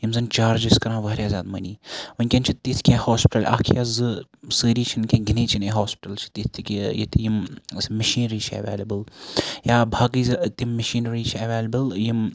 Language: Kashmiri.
یِم زَن چارج ٲسۍ کَران واریاہ زیادٕ مٔنی وٕنکٮ۪ن چھِ تِتھ کینٛہہ ہوسپِٹَل اکھ یا زٕ سٲری چھِنہٕ کینٛہہ گِنے چُنے ہوسپِٹَل چھِ تِتھ کہِ ییٚتہِ یِم اَسہِ مِشیٖنری چھِ ایویلیبٕل یا باقٕے تِم مشیٖنری چھِ ایویلیبٕل یِم